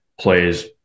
plays